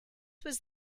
was